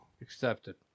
Accepted